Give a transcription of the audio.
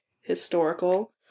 historical